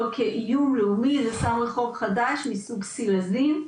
כאיום לאומי לסם רחוב חדש מסוג סילזין.